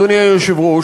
אדוני היושב-ראש,